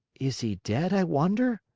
is he dead, i wonder?